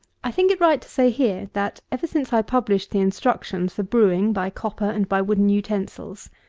i think it right to say here, that, ever since i published the instructions for brewing by copper and by wooden utensils,